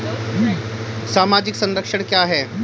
सामाजिक संरक्षण क्या है?